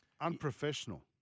unprofessional